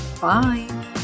Bye